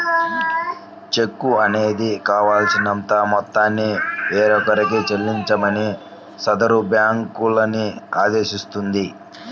చెక్కు అనేది కావాల్సినంత మొత్తాన్ని వేరొకరికి చెల్లించమని సదరు బ్యేంకుని ఆదేశిస్తుంది